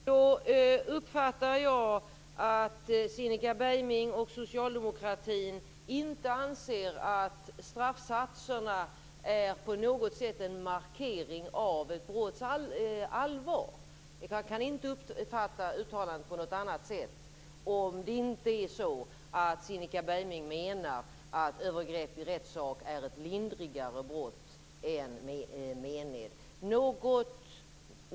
Fru talman! Då uppfattar jag att Cinnika Beiming och socialdemokraterna inte anser att straffsatserna är på något sätt en markering av ett brotts allvar. Man kan inte uppfatta uttalandet på något annat sätt, om det inte är så att Cinnika Beiming menar att övergrepp i rättssak är ett lindrigare brott än mened.